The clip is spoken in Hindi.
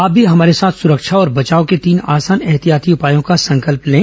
आप भी हमारे साथ सुरक्षा और बचाव के तीन आसान एहतियाती उपायों का संकल्प लें